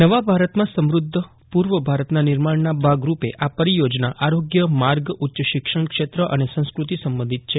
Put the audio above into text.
નવા ભારતમાં સમૃદ્ધ પૂર્વ ભારતના નિર્માણના ભાગરૂપે આ પરિયોજના આરોગ્ય માર્ગ ઉચ્ચ શિક્ષણક્ષેત્ર અને સંસ્ક્ર તિ સંબંધિત છે